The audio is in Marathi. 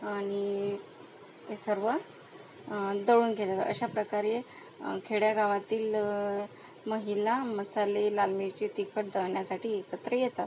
आणि हे सर्व दळून घेतात अशाप्रकारे खेड्यागावातील महिला मसाले लाल मिरची तिखट दळणासाठी एकत्र येतात